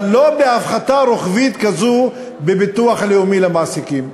אבל לא בהפחתה רוחבית כזאת בביטוח לאומי למעסיקים.